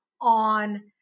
on